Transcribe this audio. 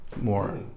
more